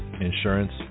insurance